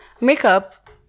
makeup